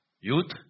Youth